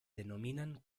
denominan